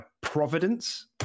Providence